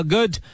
Good